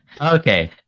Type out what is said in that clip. Okay